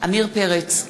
עמיר פרץ,